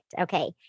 Okay